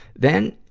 then,